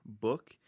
book